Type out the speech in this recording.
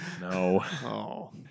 No